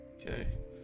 Okay